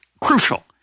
crucial